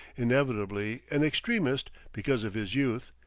inevitably an extremist, because of his youth,